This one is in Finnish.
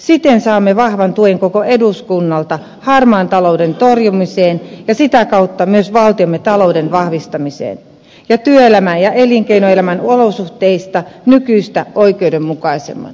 siten saamme vahvan tuen koko eduskunnalta harmaan talouden torjumiseen ja sitä kautta myös valtiomme talouden vahvistamiseen ja työelämän ja elinkeinoelämän olosuhteista nykyistä oikeudenmukaisemman